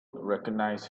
recognize